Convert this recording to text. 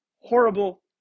horrible